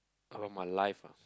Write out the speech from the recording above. about my life ah